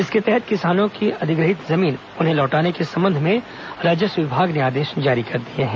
इसके तहत किसानों को अधिग्रहित जमीन लौटाने के संबंध में राजस्व विभाग ने आदेश जारी कर दिए है